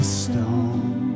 stone